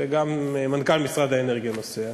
וגם מנכ"ל משרד האנרגיה נוסע,